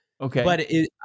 Okay